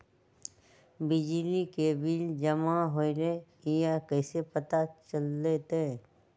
बिजली के बिल जमा होईल ई कैसे पता चलतै?